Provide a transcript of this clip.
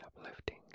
uplifting